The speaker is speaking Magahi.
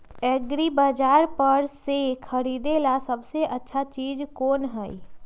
एग्रिबाजार पर से खरीदे ला सबसे अच्छा चीज कोन हई?